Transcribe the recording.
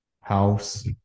House